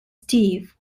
steve